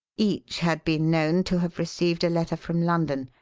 each had been known to have received a letter from london,